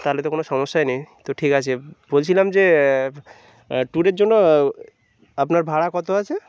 তাহলে তো কোনো সমস্যাই নেই তো ঠিক আছে বলছিলাম যে ট্যুরের জন্য আপনার ভাড়া কত আছে